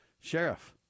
sheriff